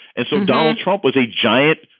and so donald trump was a giant,